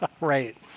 Right